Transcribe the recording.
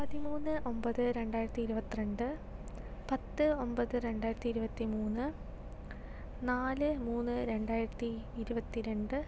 പതിമൂന്ന് ഒമ്പത് രണ്ടായിരത്തി ഇരുപത്തിരണ്ട് പത്ത് ഒമ്പത് രണ്ടായിരത്തി ഇരുപത്തിമൂന്ന് നാല് മൂന്ന് രണ്ടായിരത്തി ഇരുപത്തിരണ്ട്